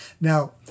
Now